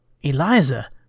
Eliza